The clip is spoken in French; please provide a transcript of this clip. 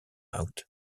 out